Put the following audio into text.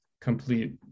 complete